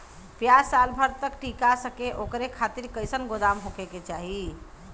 प्याज साल भर तक टीका सके ओकरे खातीर कइसन गोदाम होके के चाही?